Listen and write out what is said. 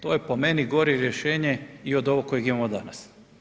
To je po meni gore rješenje i od ovoga kojeg imamo danas.